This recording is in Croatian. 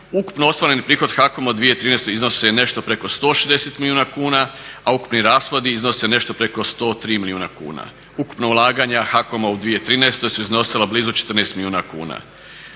Ukupno ostvareni prihod HAKOM-a u 2013. iznose nešto preko 160 milijuna kuna a ukupni rashodi iznose nešto preko 103 milijuna kuna. Ukupna ulaganja HAKOM-a u 2013. su iznosila blizu 14 milijuna kuna.